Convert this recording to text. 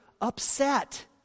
upset